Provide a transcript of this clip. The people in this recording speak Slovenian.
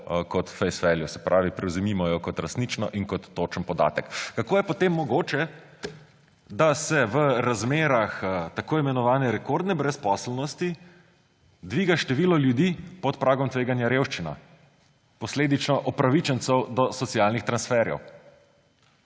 kot face value, se pravi, privzemimo jo kot resnično in kot točen podatek. Kako je potem mogoče, da se v razmerah tako imenovane rekordne brezposelnosti dviga število ljudi pod pragom tveganja revščine, posledično upravičencev do socialnih transferjev?